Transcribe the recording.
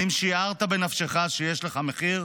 האם שיערת בנפשך שיש לך מחיר?